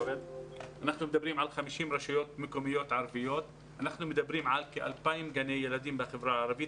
אנחנו מדברים על כ-2,000 גני ילדים בחברה הערבית.